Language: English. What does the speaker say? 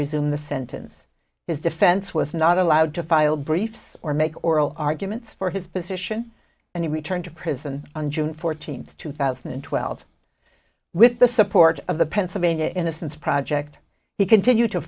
resume the sentence his defense was not allowed to file briefs or make oral arguments for his position and he returned to prison on june fourteenth two thousand and twelve with the support of the pennsylvania innocence project he continued to